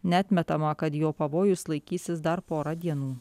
neatmetama kad jo pavojus laikysis dar porą dienų